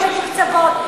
המכללות המתוקצבות.